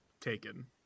taken